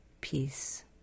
Peace